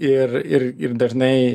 ir ir ir dažnai